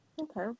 Okay